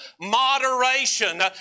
moderation